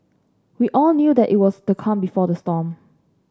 we all knew that it was the calm before the storm